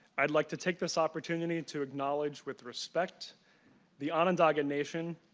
i'd like to take this opportunity to acknowledge with respect the onondaga nation,